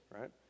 right